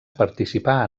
participar